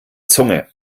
zunge